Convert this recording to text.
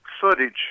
footage